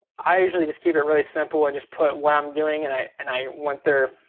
i usually just keep it really simple and just put what i'm doing and i and i want their,